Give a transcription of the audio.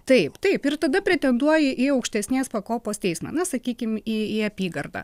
taip taip ir tada pretenduoji į aukštesnės pakopos teismą na sakykim į į apygardą